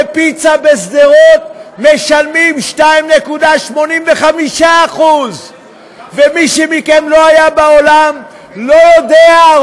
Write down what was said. ומוסך ופיצה בשדרות משלמים 2.85%. ומי מכם שלא היה בעולם לא יודע,